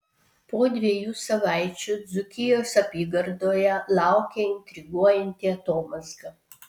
po dviejų savaičių dzūkijos apygardoje laukia intriguojanti atomazga